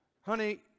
honey